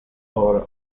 por